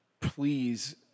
please